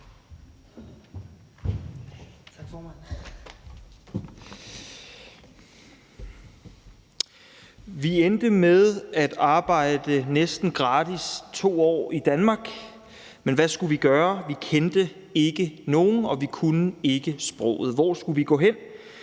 Vi endte med at arbejde næsten gratis 2 år i Danmark, men hvad skulle vi gøre? Vi kendte ikke nogen, og vi kunne ikke sproget. Hvor skulle vi gå hen?